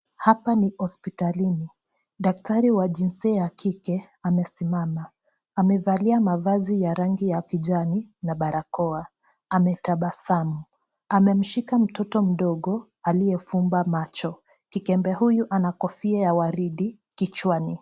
Hapo ni hospitalini. Daktari wa jinsia ya kike amesimama. Amevalia mavazi ya rangi ya kijani na barakoa, ametabasamu. Amemshika mtoto mdogo aliyefumba macho. Kikembe huyu anakofia ya waridi kichwani.